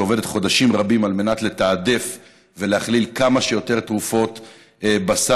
שעובדת חודשים רבים על מנת לתעדף ולכלול כמה שיותר תרופות בסל.